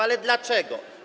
Ale dlaczego?